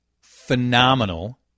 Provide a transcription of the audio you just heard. phenomenal